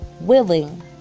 willing